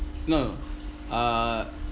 no no uh